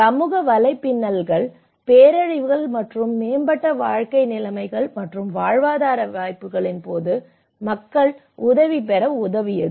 சமூக வலைப்பின்னல் பேரழிவுகள் மற்றும் மேம்பட்ட வாழ்க்கை நிலைமைகள் மற்றும் வாழ்வாதார வாய்ப்புகளின் போது மக்களுக்கு உதவி பெற உதவியது